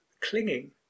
clinging